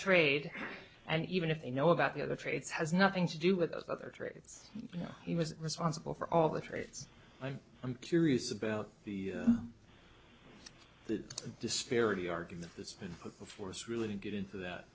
trade and even if they know about the other traits has nothing to do with those other traits he was responsible for all the traits i'm curious about the the disparity argument that's been put before us really didn't get into that